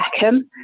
Beckham